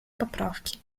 поправки